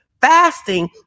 Fasting